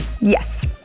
Yes